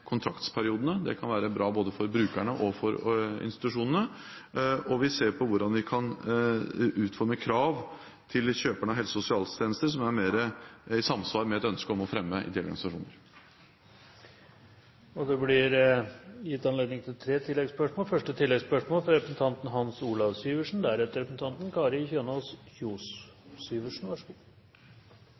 kontraktsperiodene. Det kan være bra både for brukerne og for institusjonene. Og vi ser på hvordan vi kan utforme krav til kjøperne av helse- og sosialtjenester som er mer i samsvar med ønsket om å fremme ideelle organisasjoner. Det blir gitt anledning til tre oppfølgingsspørsmål – først Hans Olav Syversen.